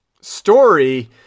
story